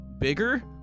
bigger